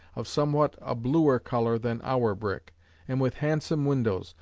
of somewhat a bluer colour than our brick and with handsome windows,